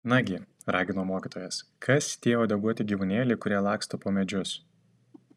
nagi ragino mokytojas kas tie uodeguoti gyvūnėliai kurie laksto po medžius